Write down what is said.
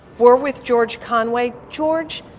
we're with george conway. george,